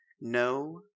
no